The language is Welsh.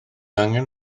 angen